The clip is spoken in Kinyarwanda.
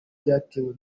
byatewe